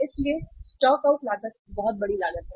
इसलिए stock out लागत बहुत बड़ी लागत है